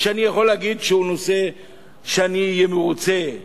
שאני יכול להגיד שהוא נושא שאהיה מרוצה ממנו,